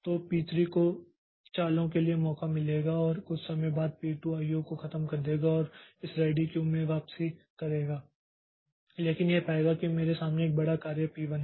तो पी3 को चालों के लिए मौका मिलेगा और कुछ समय बाद पी2 आईओ को खत्म कर देगा और इस रेडी क्यू में वापसी करेगा लेकिन यह पाएगा कि मेरे सामने एक बड़ा कार्य पी1 है